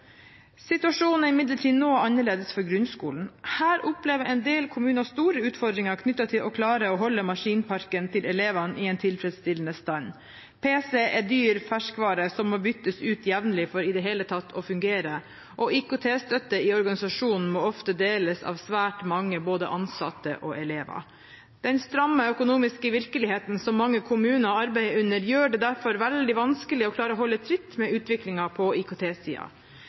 Situasjonen er imidlertid noe annerledes for grunnskolen. Her opplever en del kommuner store utfordringer knyttet til å klare å holde maskinparken til elevene i en tilfredsstillende stand. Pc er dyr ferskvare som må byttes ut jevnlig for i det hele tatt å fungere, og IKT-støtte i organisasjonen må ofte deles av svært mange, både ansatte og elever. Den stramme økonomiske virkeligheten som mange kommuner arbeider under, gjør det derfor veldig vanskelig å klare å holde tritt med utviklingen på